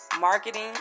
marketing